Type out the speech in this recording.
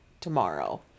tomorrow